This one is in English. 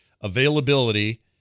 availability